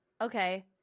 Okay